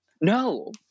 No